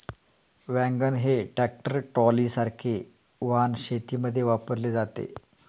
wagon हे tractor ट्रॉलीसारखे वाहन शेतीमध्ये वापरले जाते